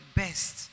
best